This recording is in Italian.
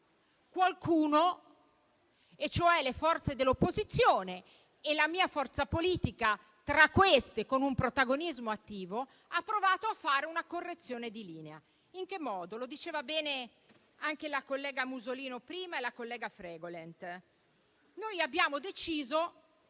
qualcuno, cioè le forze dell'opposizione e la mia forza politica tra queste, con un protagonismo attivo, ha provato ad apportare una correzione di linea. In che modo? Lo dicevano bene prima la collega Musolino e la collega Fregolent. Noi abbiamo deciso